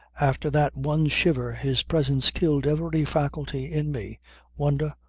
after that one shiver his presence killed every faculty in me wonder,